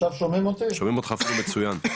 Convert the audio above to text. שנפגשנו עוד פעם, לראות פה את המומחים השונים,